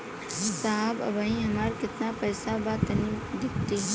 साहब अबहीं हमार कितना पइसा बा तनि देखति?